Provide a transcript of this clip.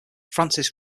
francis